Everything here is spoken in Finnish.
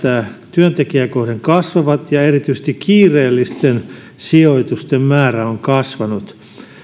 työntekijää kohden kasvavat ja erityisesti kiireellisten sijoitusten määrä on kasvanut